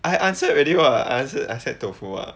I answer already [what] I said I said tofu [what]